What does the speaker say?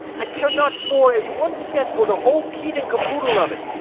i care not more as one cent for de whole keet and caboodle of it!